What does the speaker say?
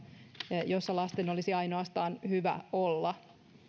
paikka jossa lasten ainoastaan olisi hyvä olla